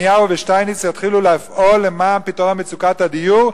נתניהו ושטייניץ יתחילו לפעול למען פתרון מצוקת הדיור,